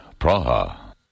Praha